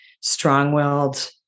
strong-willed